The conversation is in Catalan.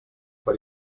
per